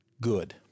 good